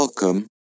Welcome